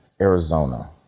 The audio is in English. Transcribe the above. Arizona